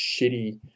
shitty